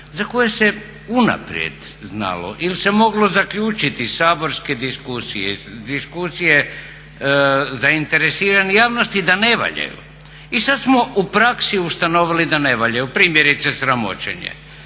za koje se unaprijed znalo ili se moglo zaključiti iz saborske diskusije, iz diskusije zainteresirane javnosti da ne valjaju. I sada smo u praksi ustanovili da ne valjaju, primjerice sramoćenje.